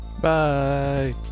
bye